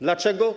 Dlaczego?